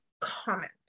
comment